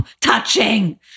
touching